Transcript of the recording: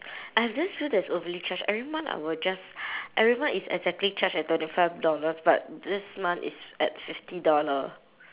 I have this bill that's overly charged every month I will just every month is exactly charged at twenty five dollars but this month it's at fifty dollar